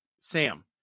Sam